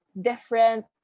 different